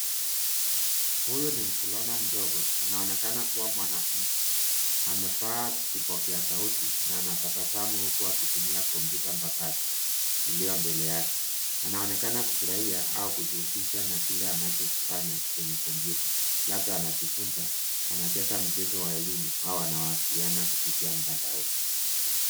Huyu ni mvulana mdogo anaonekana kuwa mwanafunzi. Amevaa kipokeasauti na anatabasamu huku akitumia komputa mpakato, iliyo mbele yake. Anaonekana kufurahia au kujihusisha na kile anachokifanya kwenye komputa. Labda anajifunza, anacheza mchezo wa elimu au anawasiliana mtandaoni.